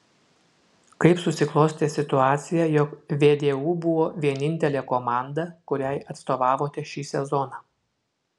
kaip susiklostė situacija jog vdu buvo vienintelė komanda kuriai atstovavote šį sezoną